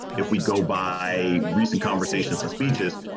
if we go by recent conversations, the speeches,